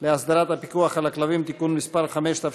להסדרת הפיקוח על הכלבים (תיקון מס' 5),